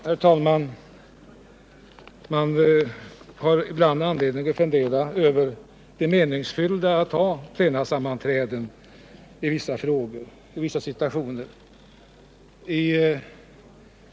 Herr talman! Man har anledning att fundera över det meningsfyllda i att ha plena i vissa situationer.